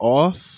off